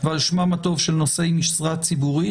ועל שמם הטוב של נושאי משרה ציבורית.